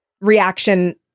reaction